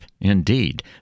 indeed